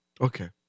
Okay